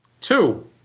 Two